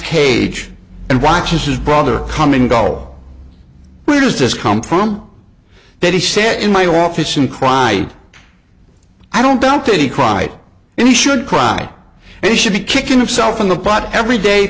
cage and watches his brother coming go where does this come from that he sat in my office and cried i don't doubt that he cried and he should cry and he should be kicking himself in the pot every day